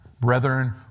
brethren